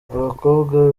abakobwa